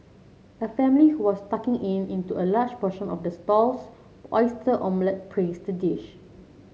a family who was tucking in into a large portion of the stall's oyster omelette praised the dish